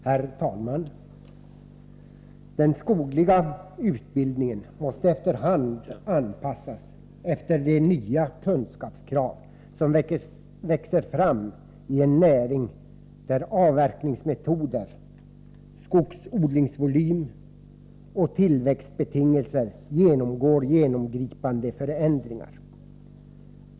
Herr talman! Den skogliga utbildningen måste efter hand anpassas efter de nya kunskapskrav som växer fram i en näring där avverkningsmetoder, skogsodlingsvolym och tillväxtbetingelser genomgår genomgripande förändringar.